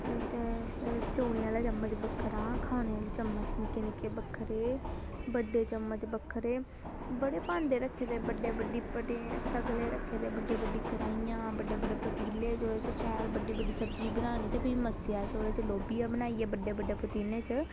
चौलें आह्ला चम्मच बक्खरा ते खाने आह्ले चम्मच निक्के निक्के चम्मच बक्खरे बड्डे चम्मच बक्खरे बड़े भांडे रक्खे दे बड्डी बड्डी सगले रक्खे दे बड्डी बड्डी कड़ाहियां बड्डे बड्डे पतीले जेह्दे बिच शैल बड्डी बड्डी सब्ज़ी बनानी ते बी मस्सेआ च लोबिया बनाइयै भी ओह् ओह्दे च बड्डे बडड्डे पतीलें च